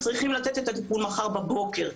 צריכים לתת את הטיפול מחר בבוקר.